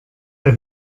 der